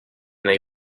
they